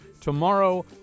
tomorrow